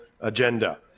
agenda